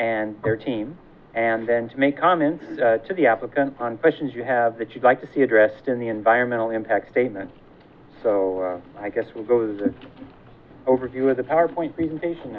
and their team and then to make comments to the applicant on questions you have that you'd like to see addressed in the environmental impact statement so i guess with those overview of the powerpoint presentation